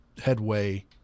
headway